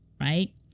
Right